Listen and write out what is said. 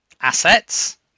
assets